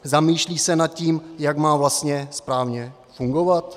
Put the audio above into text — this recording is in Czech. Zamýšlí se nad tím, jak má vlastně správně fungovat?